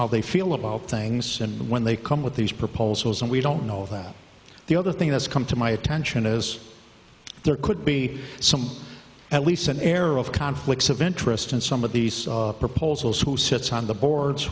how they feel about things and when they come with these proposals and we don't know that the other thing that's come to my attention is there could be some at least an air of conflicts of interest in some of these proposals who sits on the boards